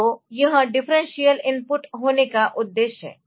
तो यह differential input होने का उद्देश्य है